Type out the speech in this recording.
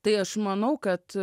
tai aš manau kad